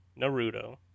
naruto